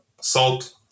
salt